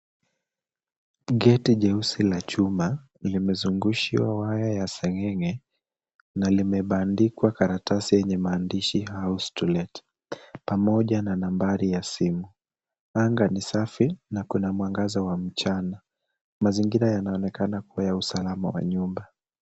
Gate jeusi la chuma limezungushiwa waya ya seng'eng'e na limebandikwa karatasi yenye maandishi, house to let, pamoja na nambari ya simu. Anga ni safi na kuna mwangaza wa mchana. Mazingira yanaonekana kuwa ya usalama wa nyumba.